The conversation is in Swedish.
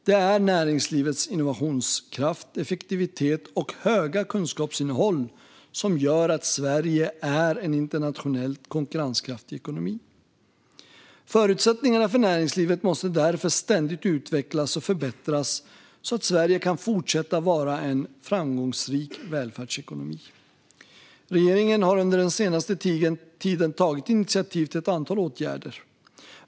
Det är näringslivets innovationskraft, effektivitet och höga kunskapsinnehåll som gör att Sverige är en internationellt konkurrenskraftig ekonomi. Förutsättningarna för näringslivet måste därför ständigt utvecklas och förbättras så att Sverige kan fortsätta vara en framgångsrik välfärdsekonomi. Regeringen har under den senaste tiden tagit initiativ till ett antal åtgärder.